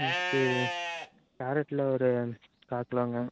next கேரட்டில் ஒரு கால் கிலோங்க